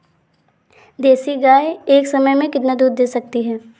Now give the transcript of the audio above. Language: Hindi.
जर्सी गाय एक समय में कितना दूध दे सकती है?